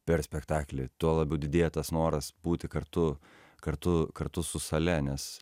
per spektaklį tuo labiau didėja tas noras būti kartu kartu kartu su sale nes